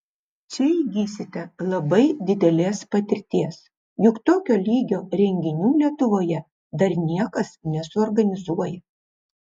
čia įgysite labai didelės patirties juk tokio lygio renginių lietuvoje dar niekas nesuorganizuoja